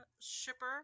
shipper